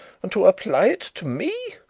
and to apply it to me!